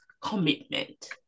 commitment